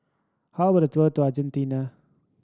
how about a tour to Argentina